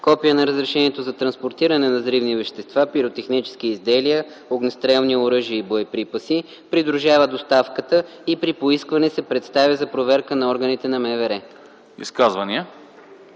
Копие на разрешението за транспортиране на взривни вещества, пиротехнически изделия, огнестрелни оръжия и боеприпаси придружава доставката и при поискване се предоставя за проверка на органите на МВР.”